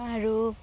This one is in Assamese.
আৰু